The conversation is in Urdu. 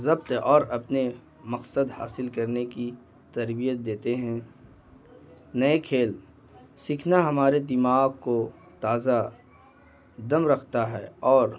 ضبط اور اپنے مقصد حاصل کرنے کی تربیت دیتے ہیں نئے کھیل سیکھنا ہمارے دماغ کو تازہ دم رکھتا ہے اور